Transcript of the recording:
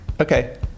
Okay